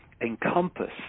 encompass